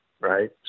Right